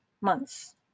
months